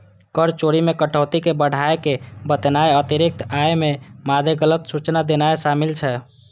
कर चोरी मे कटौती कें बढ़ाय के बतेनाय, अतिरिक्त आय के मादे गलत सूचना देनाय शामिल छै